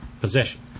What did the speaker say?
possession